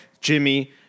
Jimmy